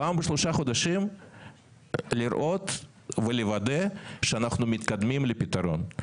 פעם בשלושה חודשים לראות ולוודא שאנחנו מתקדמים לפתרון.